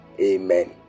amen